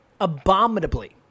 abominably